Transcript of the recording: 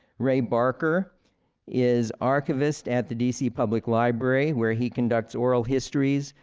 ray barker is archivist at the dc public library, where he conducts oral histories,